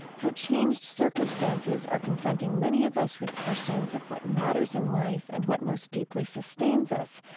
how changed circumstances are confronting many of us with questions of what matters in life and what most deeply sustains us,